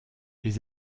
les